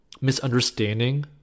misunderstanding